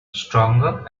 stronger